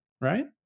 right